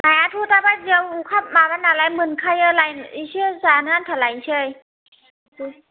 नायाथ' दा बायदिआव अखा माबा नालाय मोनखायो एसे जानो आन्था लायनोसै